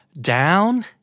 down